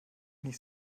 nicht